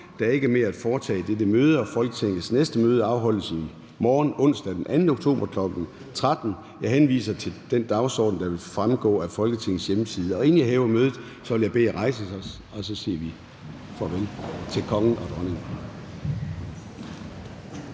Der er ikke mere at foretage i dette møde. Folketingets næste møde afholdes i morgen, onsdag den 2. oktober 2024, kl. 13.00. Jeg henviser til den dagsorden, der vil fremgå af Folketingets hjemmeside. Inden jeg hæver mødet, vil jeg bede folk i salen om at rejse sig og sige farvel til kongen og dronningen.